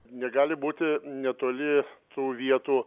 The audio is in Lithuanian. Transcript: negali būti netoli tų vietų